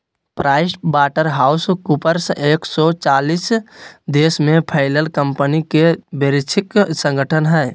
price Waterhouse Coopers एक सो चालीस देश में फैलल कंपनि के वैश्विक संगठन हइ